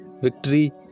victory